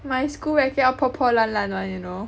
my school racket all 破破烂烂 [one] you know